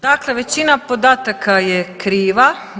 Dakle, većina podataka je kriva.